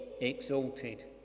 exalted